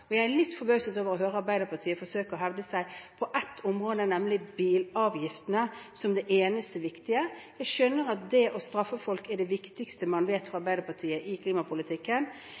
og jeg er litt forbauset over å høre Arbeiderpartiet forsøke å hevde seg på ett område, nemlig bilavgiftene, som det eneste viktige. Jeg skjønner at det å straffe folk er det viktigste Arbeiderpartiet vet om i klimapolitikken.